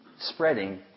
spreading